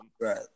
Right